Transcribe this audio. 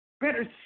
better